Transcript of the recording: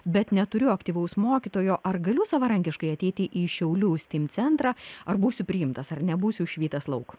bet neturiu aktyvaus mokytojo ar galiu savarankiškai ateiti į šiaulių steam centrą ar būsiu priimtas ar nebūsiu išvytas lauk